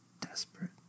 desperate